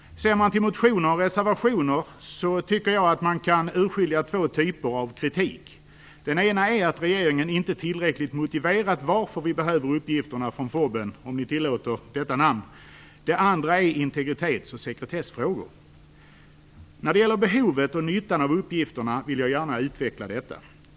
Ser man till motioner och reservationer tycker jag att man kan urskilja två typer av kritik. Den ena är att regeringen inte tillräckligt har motiverat varför vi behöver uppgifterna från FoB:en, om ni tillåter detta namn. Den andra är integritets och sekretessfrågor. När det gäller behovet och nyttan av uppgifterna vill jag gärna utveckla detta.